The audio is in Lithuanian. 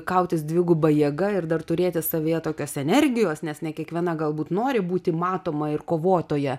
kautis dviguba jėga ir dar turėti savyje tokios energijos nes ne kiekviena galbūt nori būti matoma ir kovotoja